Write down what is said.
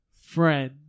friend